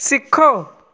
ਸਿੱਖੋ